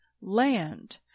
land